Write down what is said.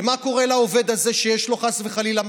ומה קורה לעובד הזה שיש לו מחלה, חס וחלילה?